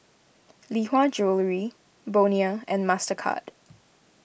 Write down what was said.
Lee Hwa Jewellery Bonia and Mastercard